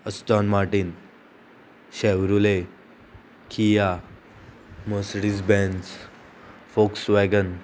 असोन Martin Chevrolet Kia Mercedes Benz Foakes wagon